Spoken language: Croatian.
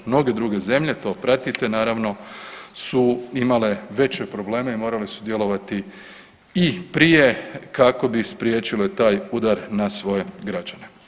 Mnoge druge zemlje, to pratite naravno su imale veće probleme i morale su djelovati i prije kako bi spriječile taj udar na svoje građane.